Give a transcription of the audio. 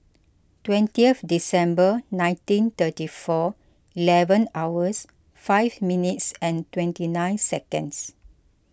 twentieth December nineteen thirty four eleven hours five minutes twenty nine seconds